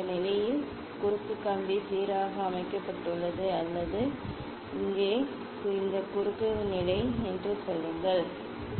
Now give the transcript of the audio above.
இந்த நிலையில் குறுக்கு கம்பி சீரமைக்கப்பட்டுள்ளது அல்லது இங்கே இந்த குறுக்கு நிலை என்று சொல்லுங்கள்